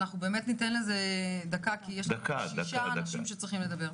אנחנו באמת ניתן לזה דקה כי יש לנו שישה אנשים שצריכים לדבר.